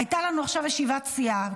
הייתה לנו עכשיו ישיבת סיעה,